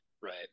Right